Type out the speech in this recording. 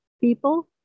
people